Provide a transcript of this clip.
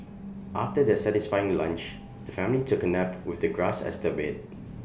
after their satisfying lunch the family took A nap with the grass as their bed